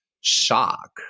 shock